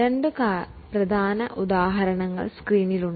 രണ്ട് പ്രധാന ഉദാഹരണങ്ങൾ സ്ക്രീനിൽ ഉണ്ട്